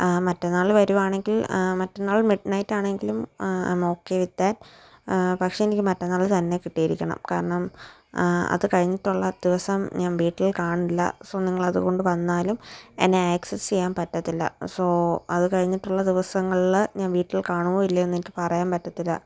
മറ്റന്നാൾ വരുവാണെങ്കിൽ മറ്റന്നാൾ മിഡ് നൈറ്റാണെങ്കിലും ആം ഒകെ വിത് ദാറ്റ് പഷേയെനിക്ക് മാറ്റന്നാൾ തന്നെ കിട്ടിയിരിക്കണം കാരണം അത് കഴിഞ്ഞിട്ടുള്ള ദിവസം ഞാൻ വീട്ടിൽ കാണില്ല സോ നിങ്ങൾ അതുകൊണ്ട് വന്നാലും എന്നെ ആക്സസ് ചെയ്യാൻ പറ്റത്തില്ല സോ അത് കഴിഞ്ഞിട്ടുള്ള ദിവസങ്ങളിൽ ഞാൻ വീട്ടിൽ കാണുമോ ഇല്ലയോ എന്നെനിക്ക് പറയാൻ പറ്റത്തില്ല